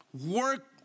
work